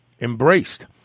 embraced